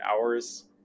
hours